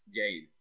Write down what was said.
gain